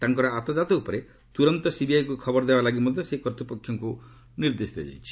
ତାଙ୍କର ଆତକାତ ଉପରେ ତୁରନ୍ତ ସିବିଆଇକୁ ଖବର ଦେବା ଲାଗି ମଧ୍ୟ ସେହି କର୍ତ୍ତୃପକ୍ଷମାନଙ୍କୁ ନିର୍ଦ୍ଦେଶ ଦିଆଯାଇଛି